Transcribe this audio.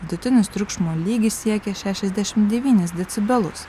vidutinis triukšmo lygis siekė šešiasdešimt devynis decibelus